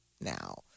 now